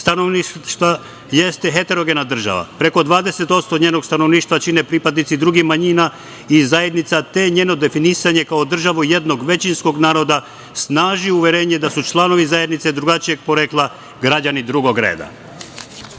stanovništva jeste heterogena država. Preko 20% njenog stanovništva čine pripadnici drugih manjina i zajednica, te njeno definisanje kao državu jednog većinskog naroda snaži uverenje da su članovi zajednice drugačijeg porekla građani drugog reda.I